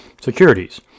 securities